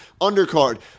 Undercard